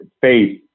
faith